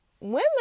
women